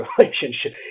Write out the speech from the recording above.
relationship